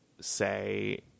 say